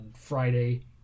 Friday